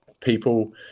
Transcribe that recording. People